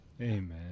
amen